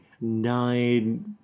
nine